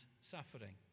suffering